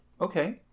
okay